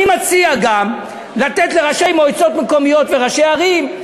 אני מציע גם לתת לראשי מועצות מקומיות וראשי ערים,